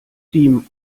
die